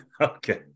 Okay